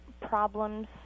problems